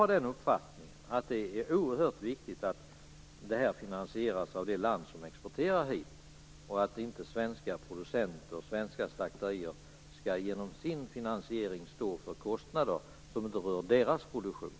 Jag har uppfattningen att det är oerhört viktigt att verksamheten finansieras av det land som exporterar hit. Svenska producenter och slakterier skall inte genom sin finansiering stå för kostnader som inte rör deras produktion.